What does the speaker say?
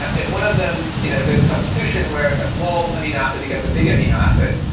but if one of them if there's a substation where a small amino acid becomes a big amino acid,